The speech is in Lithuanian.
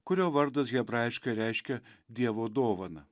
kurio vardas hebrajiškai reiškia dievo dovana